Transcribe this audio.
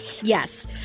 Yes